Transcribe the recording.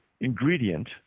ingredient